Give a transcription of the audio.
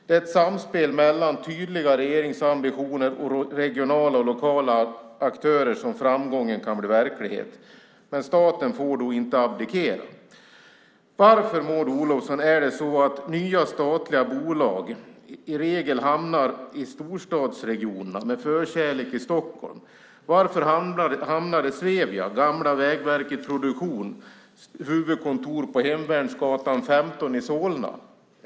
Det är i ett samspel mellan tydliga regeringsambitioner och regionala och lokala aktörer som framgången kan bli verklighet. Staten får då inte abdikera. Varför, Maud Olofsson, hamnar nya statliga bolag i regel i storstadsregionerna med förkärlek för Stockholm? Varför hamnade Svevias, gamla Vägverket Produktions kontor på Hemvärnsgatan 15 i Solna?